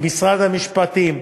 ממשרד המשפטים,